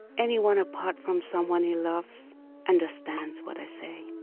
anyone apart from someone he loves understands what i say.